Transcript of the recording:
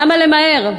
למה למהר?